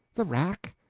the rack.